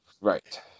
right